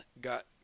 got